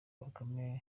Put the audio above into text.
bakame